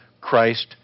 Christ